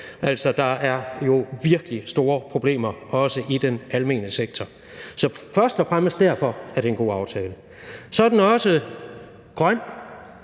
der er jo virkelig store problemer, også i den almene sektor. Så først og fremmest derfor er det en god aftale. Den er også grøn,